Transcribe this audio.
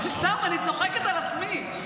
סתם, אני צוחקת על עצמי,